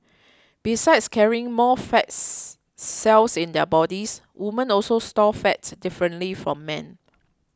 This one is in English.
besides carrying more fats cells in their bodies women also store fat differently from men